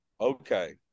Okay